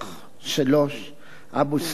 3. אבו סנאן,